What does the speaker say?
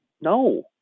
No